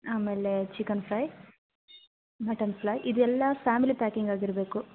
ಆಮೇಲೆ chicken fry mutton fly ಇದೆಲ್ಲಾ packing ಪ್ಯಾಕಿಂಗ್ ಆಗಿರಬೇಕು